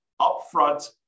upfront